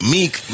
Meek